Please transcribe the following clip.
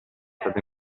stato